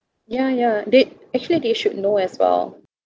ya ya they actually they should know as well